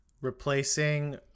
replacing